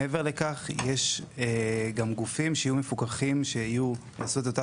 מעבר לכך יש גם גופים שגם יהיו מפוקחים שיעשו את אותה